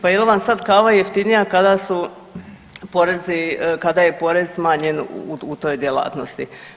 Pa jel vam sad kava jeftinija kada su porezi, kada je porez smanjen u toj djelatnosti?